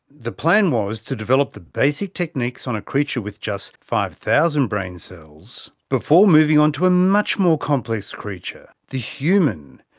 the plan was to develop the basic techniques on a creature with just five thousand brain cells before moving on to a much more complex creature, the human,